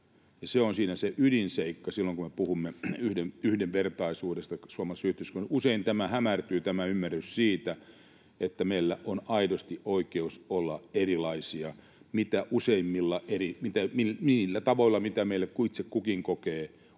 Se on siinä se ydinseikka silloin, kun me puhumme yhdenvertaisuudesta suomalaisessa yhteiskunnassa. Usein hämärtyy tämä ymmärrys siitä, että meillä on aidosti oikeus olla erilaisia mitä useimmilla eri tavoilla, niillä tavoilla,